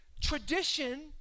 tradition